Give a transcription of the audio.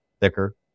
thicker